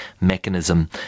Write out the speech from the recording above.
mechanism